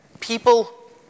People